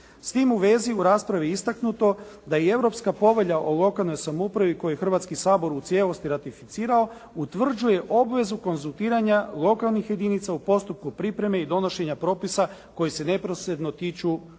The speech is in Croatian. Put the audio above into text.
S tim u vezi u raspravi je istaknuto da i Europska povelja o lokalnoj samoupravi koju je Hrvatski sabor u cijelosti ratificirao utvrđuje obvezu konzultiranja lokalnih jedinica u postupku pripreme i donošenja propisa koji se neposredno tiču jedinica